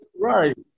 Right